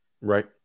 right